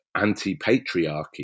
anti-patriarchy